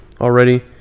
already